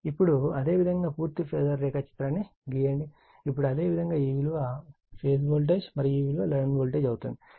ఇప్పుడు అదేవిధంగా పూర్తి ఫేజార్ రేఖాచిత్రాన్ని గీయండి ఇప్పుడు అదే విధంగా ఈ విలువ ఫేజ్ వోల్టేజ్ మరియు ఈ విలువ లైన్ వోల్టేజ్ అవుతుంది